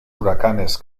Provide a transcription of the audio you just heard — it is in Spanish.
huracanes